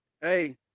Hey